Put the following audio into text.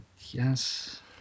Yes